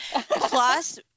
Plus